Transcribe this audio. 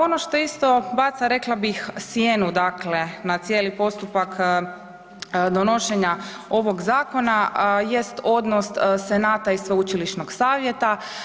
Ono što isto baca rekla bih sjenu dakle na cijeli postupak donošenja ovog zakona jest odnos senata i sveučilišnog savjeta.